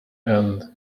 and